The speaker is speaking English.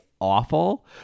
awful